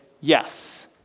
Yes